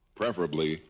preferably